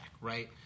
right